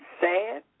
sad